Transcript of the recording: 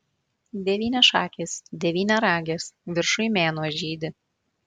devyniašakis devyniaragis viršuj mėnuo žydi